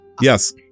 yes